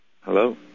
Hello